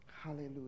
Hallelujah